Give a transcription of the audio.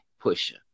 Pusher